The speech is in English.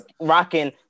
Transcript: rocking